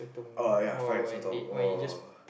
oh ya fried sotong oh